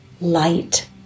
light